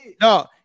No